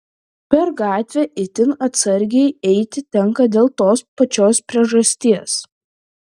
per gatvę itin atsargiai eiti tenka dėl tos pačios priežasties